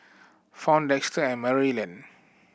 Fount Dexter and Maryellen